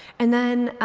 and then,